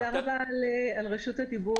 תודה רבה על רשות הדיבור.